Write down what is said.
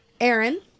Aaron